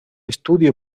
estudio